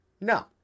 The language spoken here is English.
no